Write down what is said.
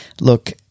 Look